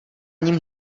ním